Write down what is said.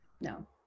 no